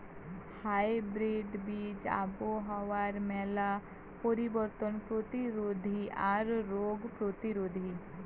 hybrid বীজ আবহাওয়ার মেলা পরিবর্তন প্রতিরোধী আর রোগ প্রতিরোধী